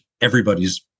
everybody's